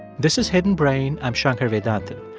this is hidden brain. i'm shankar vedantam.